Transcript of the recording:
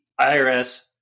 IRS